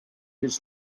his